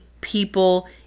people